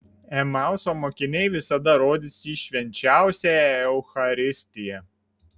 emauso mokiniai visada rodys į švenčiausiąją eucharistiją